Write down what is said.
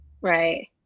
right